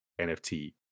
NFT